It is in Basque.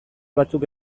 batzuk